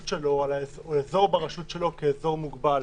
שלו או על אזור ברשות שלו כאזור מוגבל.